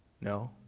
No